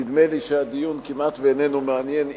נדמה לי שהדיון כמעט שאיננו מעניין איש,